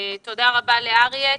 תודה רבה לאריה.